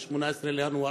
ב-18 בינואר,